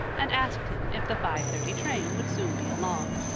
and asked him if the five-thirty train would soon be along.